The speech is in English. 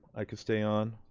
i could stay on.